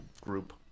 group